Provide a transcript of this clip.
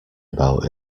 about